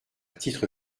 titre